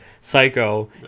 Psycho